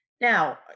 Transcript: now